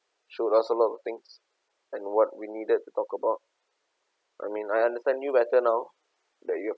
showed us a lot of things and what we needed to talk about I mean I understand you better now that you have